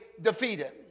defeated